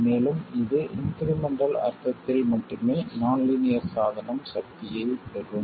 மேலும் இது இன்க்ரிமெண்டல் அர்த்தத்தில் மட்டுமே நான் லீனியர் சாதனம் சக்தியைப் பெறும்